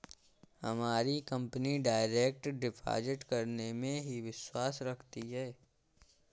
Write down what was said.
हमारी company direct deposit करने में ही विश्वास रखती है